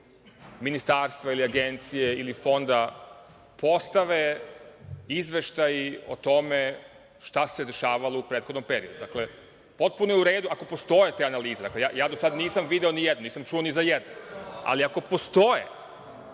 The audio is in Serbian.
ministarstva, ili agencije, ili fonda, postave izveštaji o tome šta se dešavalo u prethodnom periodu. Dakle, potpuno je u redu, ako postoje te analize. Ja do sada nisam čuo ni za jednu. Ali, ako postoje,